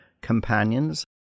Companions